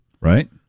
Right